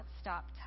stop